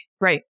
right